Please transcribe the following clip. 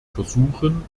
versuchen